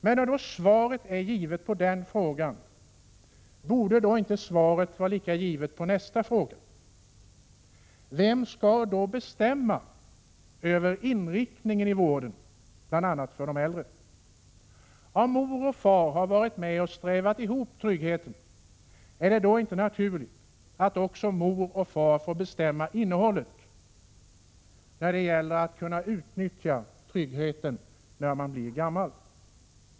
Men när svaret är givet på den frågan, borde då inte svaret vara lika givet på nästa fråga? Vem skall bestämma över inriktningen av vården för bl.a. de äldre? Om mor och far har varit med och strävat ihop tryggheten, är det då inte naturligt att också de får bestämma innehållet när det gäller att kunna utnyttja tryggheten när man blir gammal?